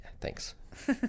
Thanks